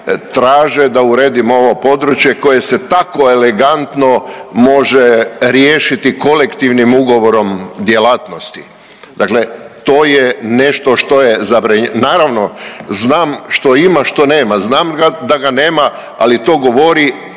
traže da uredimo ovo područje koje se tako elegantno može riješiti kolektivnim ugovorom djelatnosti. Dakle, to je nešto što je, naravno znam što ima što nema, znam da ga nema ali to govori